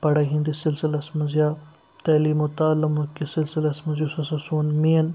پَڑھٲے ہنٛدِس سِلسلَس منٛز یا تعلیٖم و تعلُم کِس سِلسلَس منٛز یُس ہَسا سوٗن مین